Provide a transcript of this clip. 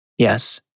Yes